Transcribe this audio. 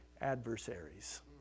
adversaries